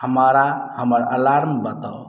हमारा हमर अलार्म बताउ